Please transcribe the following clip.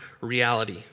reality